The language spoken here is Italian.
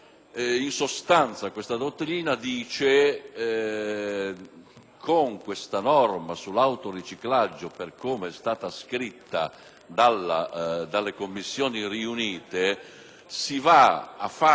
con la norma sull'autoriciclaggio, per come è stata scritta dalle Commissioni riunite, si va a fare eccezione al principio